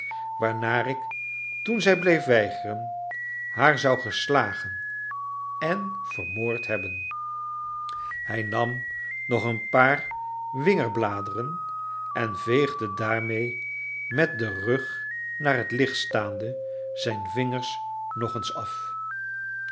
waarna ik toen zij bleef weigeren haar zou gestagen en vermoord hebben hij nam nog een paar wingerdbladeren en veegde daarmee met den rug naar het licht staande zijn vingers nog eens af